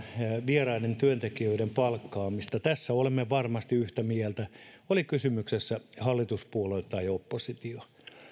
vieraiden työntekijöiden palkkaamista tässä olemme varmasti yhtä mieltä oli sitten kysymyksessä hallituspuolue tai oppositio